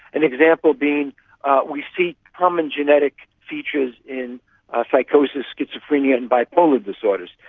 an example being we see common genetic features in ah psychosis, schizophrenia and bipolar disorders.